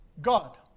God